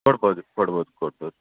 ಕೊಡ್ಬೋದು ಕೊಡ್ಬೋದು ಕೊಡ್ಬೋದು